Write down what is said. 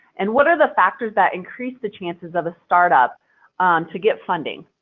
and what are the factors that increase the chances of a startup to get funding?